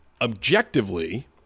objectively